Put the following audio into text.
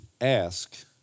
Ask